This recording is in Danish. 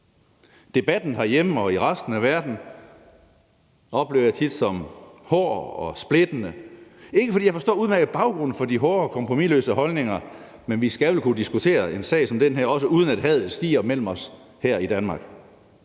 Debatten herhjemme og i resten af verden oplever jeg tit som hård og splittende. Det er ikke, fordi jeg ikke udmærket forstår baggrunden for de hårde og kompromisløse holdninger, men vi skal vel kunne diskutere en sag som den her, også uden at hadet stiger mellem os her i Danmark?